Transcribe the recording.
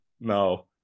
no